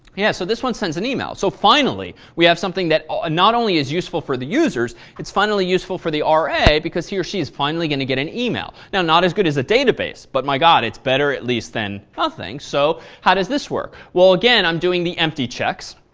yeah, so this one sends an email. so, finally, we have something that ah not only is useful for the users, it's finally useful for the ra, because he or she is finally going to get an email. now, not as good as a database, but my god, it's better at least than nothing. so, how does this work? well, again, i'm doing the empty checks,